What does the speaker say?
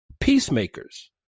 peacemakers